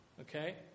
Okay